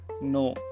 no